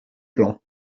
plan